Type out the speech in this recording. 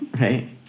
Right